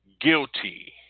guilty